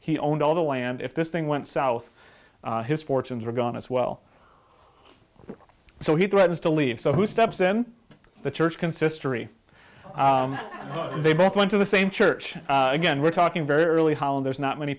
he owned all the land if this thing went south his fortunes were gone as well so he threatens to leave so who steps in the church consistory they both went to the same church again we're talking very early hollin there's not many